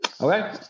Okay